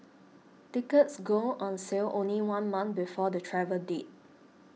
tickets go on sale only one month before the travel date